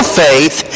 faith